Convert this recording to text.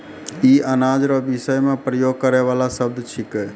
ई अनाज रो विषय मे प्रयोग करै वाला शब्द छिकै